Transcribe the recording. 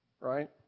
right